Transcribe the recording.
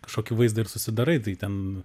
kažkokį vaizdą ir susidarai tai ten